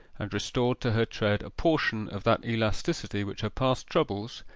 and restored to her tread a portion of that elasticity which her past troubles,